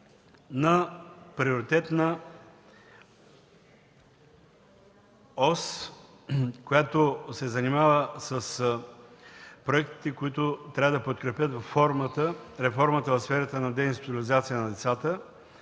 на приоритетната ос, която се занимава с проектите, които трябва да подкрепят реформата в сферата на деинституционализацията на лицата